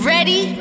Ready